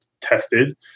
tested